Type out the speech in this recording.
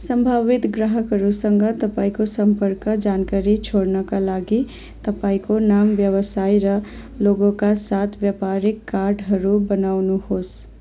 सम्भावित ग्राहकहरूसँग तपाईँको सम्पर्क जानकारी छोड्नका लागि तपाईँको नाम व्यवसाय र लोगोका साथ व्यापारिक कार्डहरू बनाउनु होस्